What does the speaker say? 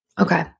Okay